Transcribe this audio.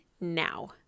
now